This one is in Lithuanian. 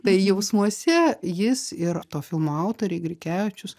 tai jausmuose jis ir to filmo autoriai grikevičius